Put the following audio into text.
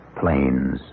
planes